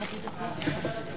כבודה?